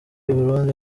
burundi